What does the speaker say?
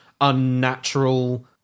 unnatural